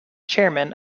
chairman